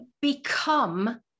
become